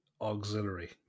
auxiliary